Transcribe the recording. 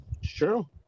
Sure